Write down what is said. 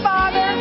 Father